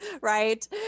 Right